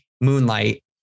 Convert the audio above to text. moonlight